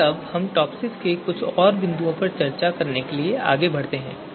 आइए अब हम टॉपसिस पर कुछ और बिंदुओं पर चर्चा करने के लिए आगे बढ़ते हैं